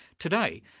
today,